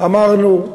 אמרנו: